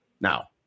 Now